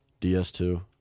DS2